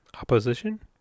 opposition